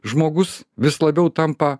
žmogus vis labiau tampa